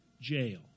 jail